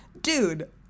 dude